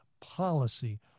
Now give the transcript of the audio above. policy